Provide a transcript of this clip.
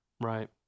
Right